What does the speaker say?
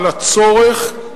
על הצורך,